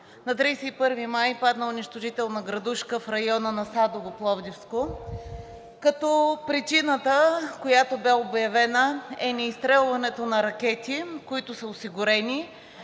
на 31 май падна унищожителна градушка в района на Садово, Пловдивско, като причината, която бе обявена, е неизстрелването на ракети, които са осигурени.